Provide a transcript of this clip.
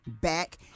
back